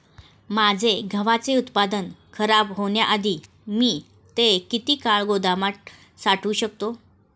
माझे गव्हाचे उत्पादन खराब होण्याआधी मी ते किती काळ गोदामात साठवू शकतो?